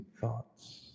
Thoughts